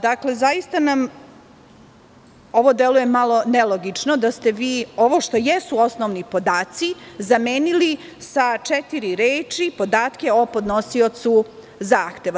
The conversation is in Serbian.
Zaista nam ovo deluje malo nelogično, da ste vi ovo što jesu osnovni podaci zamenili sa četiri reči - podatke o podnosiocu zahteva.